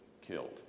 killed